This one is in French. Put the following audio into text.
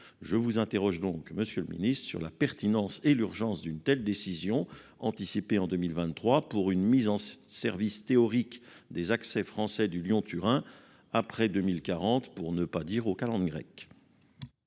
le ministre, ma question porte donc sur la pertinence et l'urgence d'une telle décision, anticipée en 2023 pour une mise en service théorique des accès français du Lyon-Turin après 2040- pour ne pas dire aux calendes grecques